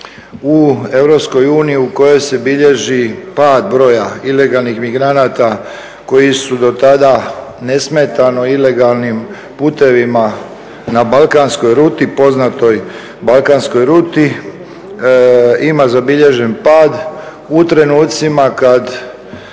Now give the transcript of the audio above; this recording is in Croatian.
u EU u kojoj se bilježi pad broja ilegalnih migranata koji su do tada nesmetano ilegalnim putevima na balkanskoj ruti, poznatoj balkanskoj ruti, ima zabilježen pad u trenucima kad